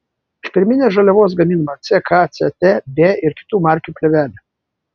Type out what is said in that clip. iš pirminės žaliavos gaminama ck ct b ir kitų markių plėvelė